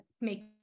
make